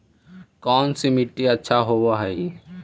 कोन सा मिट्टी अच्छा होबहय?